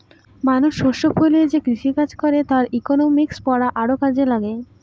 মানুষ শস্য ফলিয়ে যে কৃষিকাজ করে তার ইকনমিক্স পড়া আরও কাজে লাগে